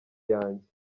yanjye